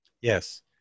Yes